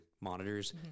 monitors